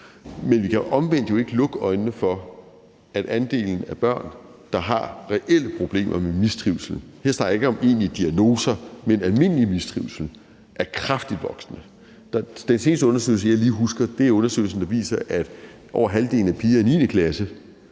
Men vi kan jo omvendt ikke lukke øjnene for, at andelen af børn, der har reelle problemer med mistrivsel – her snakker jeg ikke om egentlige diagnoser, men almindelig mistrivsel – er kraftigt voksende. Den seneste undersøgelse, jeg lige husker, er undersøgelsen, der viser, at over halvdelen af piger i 9. klasse